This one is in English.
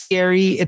Scary